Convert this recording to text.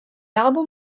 album